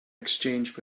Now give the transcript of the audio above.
exchange